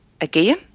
again